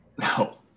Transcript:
No